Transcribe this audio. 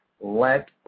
Let